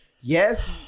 yes